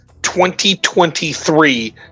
2023